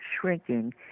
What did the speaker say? shrinking